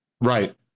Right